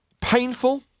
painful